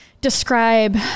describe